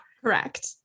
Correct